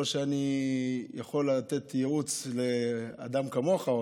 לא שאני יכול לתת ייעוץ לאדם כמוך,